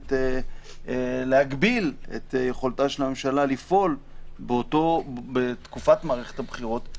מעוניינת להגביל את יכולתה של הממשלה לפעול בתקופת מערכת הבחירות.